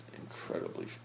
incredibly